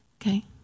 okay